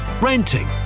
renting